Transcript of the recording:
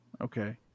Okay